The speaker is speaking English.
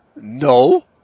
No